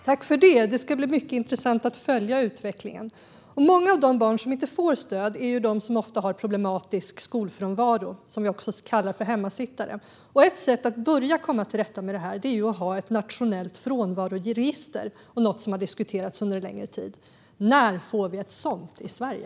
Herr talman! Det ska bli mycket intressant att följa utvecklingen. Många av de barn som inte får stöd är de som ofta har en problematisk skolfrånvaro och som vi också kallar för hemmasittare. Ett sätt att börja komma till rätta med detta är att ha ett nationellt frånvaroregister, vilket är något som har diskuterats under en längre tid. När får vi ett sådant i Sverige?